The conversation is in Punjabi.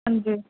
ਹਾਂਜੀ